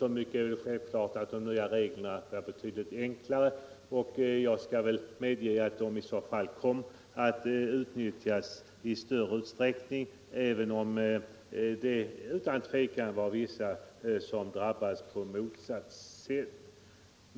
Så mycket står emellertid klart att de nya reglerna är betydligt enklare, och jag kan väl medge att de i vissa fall kommit att utnyttjas i större utsträckning även om det utan tvivel finns vissa som drabbas på motsatt sätt.